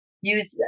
use